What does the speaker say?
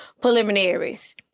preliminaries